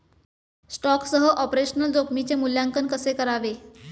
स्टॉकसह ऑपरेशनल जोखमीचे मूल्यांकन कसे करावे?